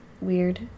weird